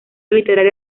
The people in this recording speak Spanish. literario